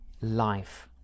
life